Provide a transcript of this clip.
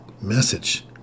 message